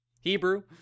Hebrew